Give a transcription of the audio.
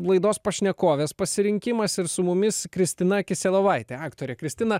laidos pašnekovės pasirinkimas ir su mumis kristina kiselovaitė aktorė kristina